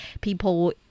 people